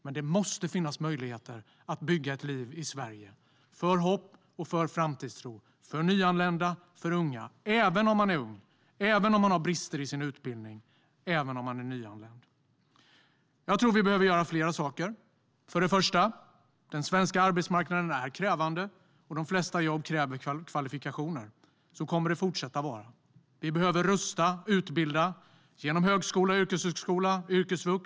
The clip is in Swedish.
Men det måste finnas möjlighet att bygga ett liv i Sverige med hopp och framtidstro för nyanlända och unga. Det måste gå även om man är ung, även om man har brister i sin utbildning och även om man är nyanländ. Jag tror att vi behöver göra flera saker. För det första: Den svenska arbetsmarknaden är krävande, och de flesta jobb kräver kvalifikationer. Så kommer det att fortsätta vara. Vi behöver rusta och utbilda genom högskola, yrkeshögskola och yrkesvux.